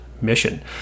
mission